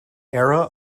era